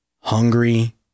hungry